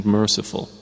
merciful